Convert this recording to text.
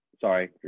Sorry